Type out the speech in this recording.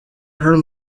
her